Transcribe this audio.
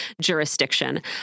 jurisdiction